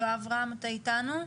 יואב רם, אתה איתנו?